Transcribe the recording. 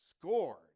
scored